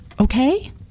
okay